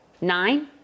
Nine